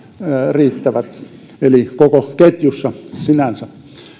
eli koko ketjussa sinänsä